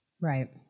Right